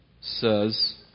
says